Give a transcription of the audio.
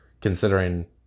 considering